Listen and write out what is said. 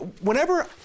Whenever